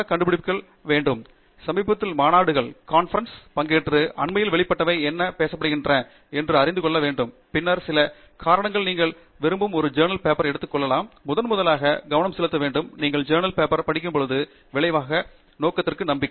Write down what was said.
பேராசிரியர் ஆண்ட்ரூ தங்கராஜ் போய் சமீபத்திய மாநாடுகள் அண்மையில் மாநாடுகள் வெளியிடப்பட்டவை என்ன பேசப்படுகின்றன பின்னர் சில காரணங்களால் நீங்கள் விரும்பும் ஒரு காகிதத்தை எடுத்துக் கொள்ளலாம் மற்றும் முதன் முதலாக கவனம் செலுத்த வேண்டும் நீங்கள் காகிதத்தை படிக்கும்போது விளைவாக நோக்குவதுதான் நம்பிக்கை